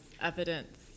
evidence